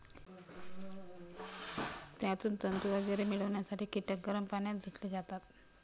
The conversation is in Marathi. त्यातून तंतू वगैरे मिळवण्यासाठी कीटक गरम पाण्यात धुतले जातात